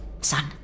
son